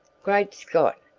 great scott!